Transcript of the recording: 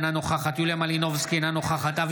אינה נוכחת יוליה מלינובסקי,